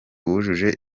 wujuje